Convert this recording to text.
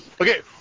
Okay